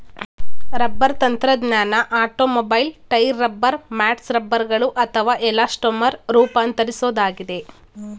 rubber ತಂತ್ರಜ್ಞಾನ automobile tyre rubber mats ರಬ್ಬರ್ಗಳು ಅಥವಾ ಎಲಾಸ್ಟೊಮರ್ ರೂಪಾಂತರಿಸೋದಾಗಿದೆ